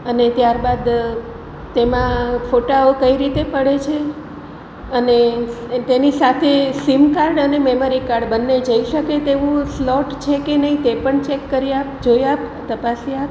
અને ત્યારબાદ તેમાં ફોટાઓ કઈ રીતે પડે છે અને એ તેની સાથે સીમકાર્ડ અને મેમરી કાર્ડ બંને જઈ શકે તેવું સ્લોટ છે કે નહીં તે પણ ચેક કરી આપ જોઈ આપ તપાસી આપ